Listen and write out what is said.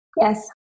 Yes